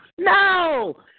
No